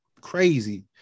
crazy